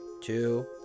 two